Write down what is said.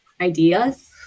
ideas